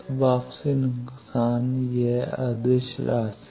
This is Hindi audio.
तो वापसी नुकसान यह एक अदिश राशि है